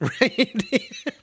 Right